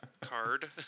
card